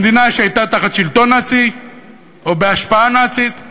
במדינה שהייתה תחת שלטון נאצי או בהשפעה נאצית,